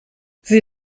sie